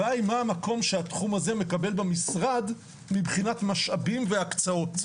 הבעיה היא מה המקום שהתחום הזה מקבל במשרד מבחינת משאבים והקצאות.